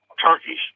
Turkeys